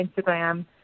Instagram